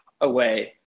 away